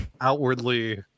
outwardly